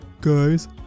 Guys